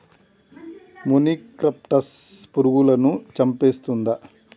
మొనిక్రప్టస్ పురుగులను చంపేస్తుందా?